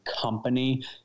company